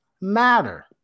matter